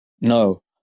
No